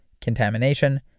contamination